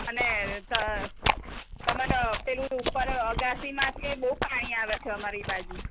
અને ત તમારા પેલું ઉપર અગાશીમાંથી બહુ પાણી આવે છે અમારી બાજુ